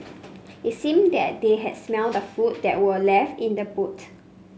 it seemed that they had smelt the food that were left in the boot